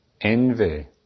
envy